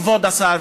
כבוד השר,